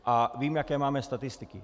A vím, jaké máme statistiky.